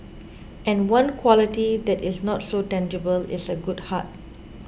and one quality that is not so tangible is a good heart